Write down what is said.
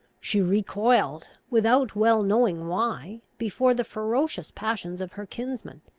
she recoiled, without well knowing why, before the ferocious passions of her kinsman,